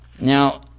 Now